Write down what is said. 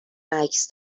عکس